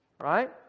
Right